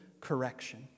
correction